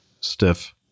stiff